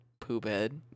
Poophead